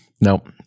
Nope